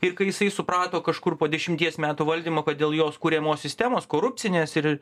ir kai jisai suprato kažkur po dešimties metų valdymo kad dėl jos kuriamos sistemos korupcinės ir